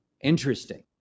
Interesting